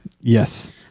Yes